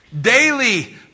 Daily